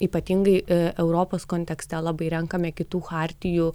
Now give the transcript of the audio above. ypatingai europos kontekste labai renkame kitų chartijų